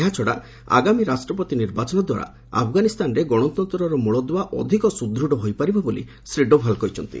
ଏହାଛଡ଼ା ଆଗାମୀ ରାଷ୍ଟ୍ରପତି ନିର୍ବାଚନଦ୍ୱାରା ଆଫଗାନିସ୍ତାନରେ ଗଣତନ୍ତ୍ରର ମୂଳଦୁଆ ଅଧିକ ସୁଦୃଢ଼ ହୋଇପାରିବ ବୋଲି ଶ୍ରୀ ଡୋଭାଲ୍ କହିଛନ୍ତି